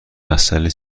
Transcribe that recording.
مسئله